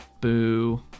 Boo